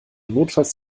notfalls